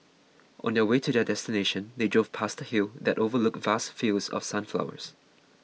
on the way to their destination they drove past a hill that overlooked vast fields of sunflowers